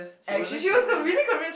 she wasn't convinced